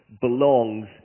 belongs